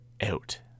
out